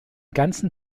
ganzen